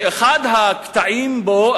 שאחד הקטעים בו,